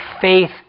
faith